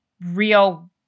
real